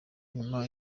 nyuma